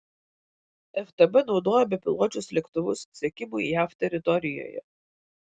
ftb naudojo bepiločius lėktuvus sekimui jav teritorijoje